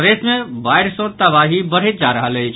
प्रदेश मे बाढ़ सॅ तबाही बढ़ैत जा रहल अछि